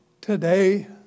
Today